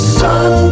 sun